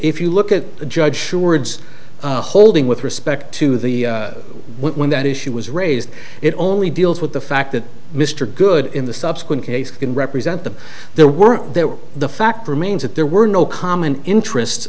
if you look at the judge sure it's holding with respect to the when that issue was raised it only deals with the fact that mr good in the subsequent case can represent them there weren't there were the fact remains that there were no common interest